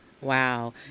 Wow